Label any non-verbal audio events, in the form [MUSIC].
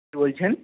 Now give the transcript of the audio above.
[UNINTELLIGIBLE] বলছেন